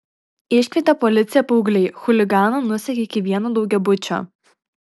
iškvietę policiją paaugliai chuliganą nusekė iki vieno daugiabučio